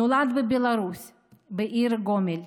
נולד בבלרוס בעיר גומל.